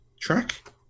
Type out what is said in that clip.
track